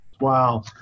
wow